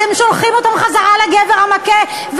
אתם שולחים אותן חזרה לגבר המכה,